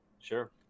Sure